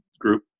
group